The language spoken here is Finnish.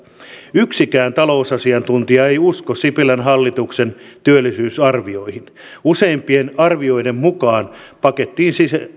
yksikään talousasiantuntija ei usko sipilän hallituksen työllisyysarvioihin useimpien arvioiden mukaan paketti